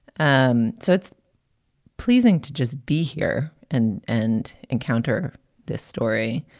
um so it's pleasing to just be here and and encounter this story.